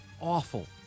awful